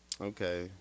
Okay